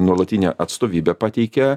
nuolatinė atstovybė pateikia